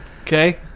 Okay